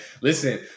Listen